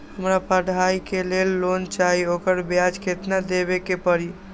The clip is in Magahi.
हमरा पढ़ाई के लेल लोन चाहि, ओकर ब्याज केतना दबे के परी?